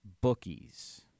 bookies